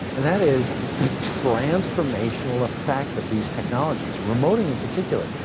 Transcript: and that is the transformational effect of these technologies, remoting, in particular.